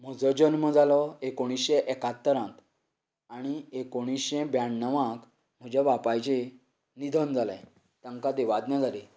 म्हजो जल्म जालो एकोणशें एक्यात्तरांत आनी एकोणीशें ब्याण्णवांत म्हज्या बापायचें निधन जाले तांकां देवाज्ञा जाली